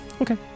okay